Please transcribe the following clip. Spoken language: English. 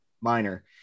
Minor